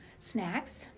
snacks